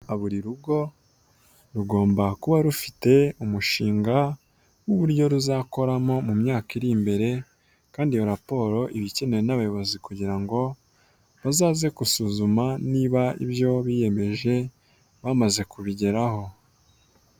Buri rugo rugomba kuba rufite umushinga w'uburyo ruzakoramo mu myaka iri imbere, kandi iyo raporo iba ikenewe n'abayobozi kugira ngo bazaze gusuzuma niba ibyo biyemeje bamaze kubigeraho.